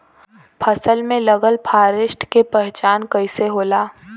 फसल में लगल फारेस्ट के पहचान कइसे होला?